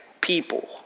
people